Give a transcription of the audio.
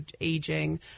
aging